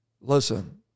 listen